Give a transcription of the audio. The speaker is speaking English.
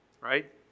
Right